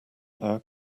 our